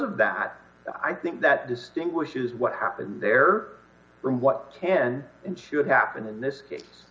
of that i think that distinguishes what happened there from what can and should happen in this case